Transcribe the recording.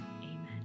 amen